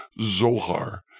Zohar